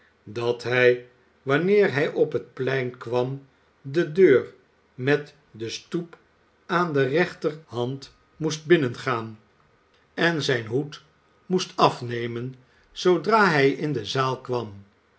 dat hij wanneer hij op het plein kwam de deur met de stoep aan de rechterhand meest binnengaan en rijn hoed moest afnemen zoodra hij in de zaal kwam